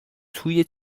توی